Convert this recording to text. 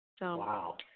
Wow